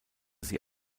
sie